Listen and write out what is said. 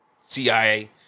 CIA